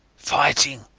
fighting.